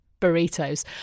burritos